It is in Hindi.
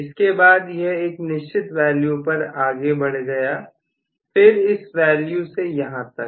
इसके बाद यह इस निश्चित वैल्यू पर आगे बढ़ गया फिर इस वैल्यू से यहां तक